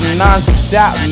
non-stop